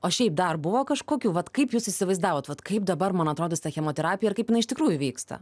o šiaip dar buvo kažkokių vat kaip jūs įsivaizdavot vat kaip dabar man atrodys ta chemoterapija ir kaip jinai iš tikrųjų vyksta